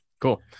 Cool